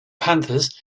panthers